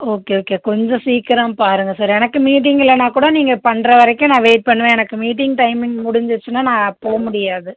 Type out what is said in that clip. okay okay கொஞ்சம் சீக்கிரம் பாருங்கள் சார் எனக்கு மீட்டிங் இல்லைன்னா கூட நீங்கள் பண்ணுற வரைக்கும் நான் வெயிட் பண்ணுவேன் எனக்கு மீட்டிங் டைமிங் முடிஞ்சிருச்சுனா நான் போக முடியாது